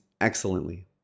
excellently